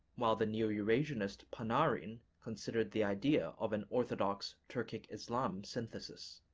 while the neo-eurasianist panarin considered the idea of an orthodox-turkic islam synthesis.